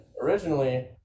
originally